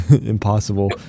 impossible